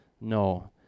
no